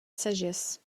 sagesse